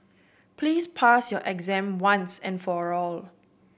please pass your exam once and for all